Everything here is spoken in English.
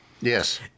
Yes